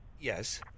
Yes